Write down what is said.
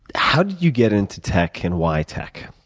how did you get into tech and why tech?